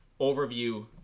overview